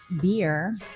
beer